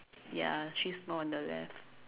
ya three small on the left